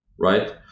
Right